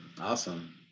awesome